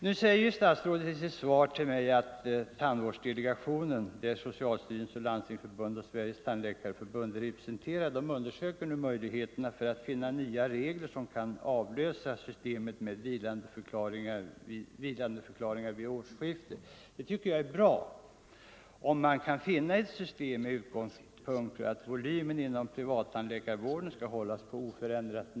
Nu säger statsrådet i sitt svar till mig att tandvårdsdelegationen, där socialstyrelsen, Landstingsförbundet och Sveriges tandläkarförbund är representerade, undersöker möjligheterna att finna nya regler som kan avlösa systemet med vilandeförklaringar vid årsskiftet. Ja, jag tycker att det är bra om man kan finna ett system som är grundat på förutsättningen att volymen inom privattandläkarvården skall vara oförändrad.